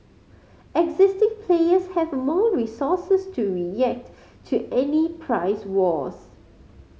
existing players have more resources to react to any price wars